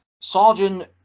Sergeant –